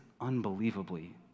unbelievably